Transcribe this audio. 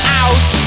out